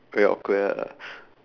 very awkward lah